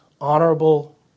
honorable